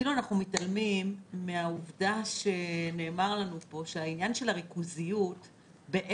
אנחנו מתעלמים ממה שנאמר לנו פה לגבי כך שהריכוזיות בעצם